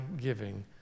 giving